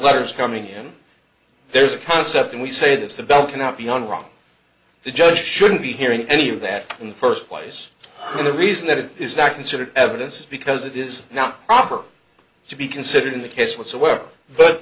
letters coming to him there's a concept and we say that's the bell cannot be unrung the judge shouldn't be hearing any of that in the first place and the reason that it is not considered evidence is because it is not proper to be considered in the case whatsoever but